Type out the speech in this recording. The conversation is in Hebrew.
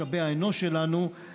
משאבי האנוש שלנו,